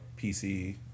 PC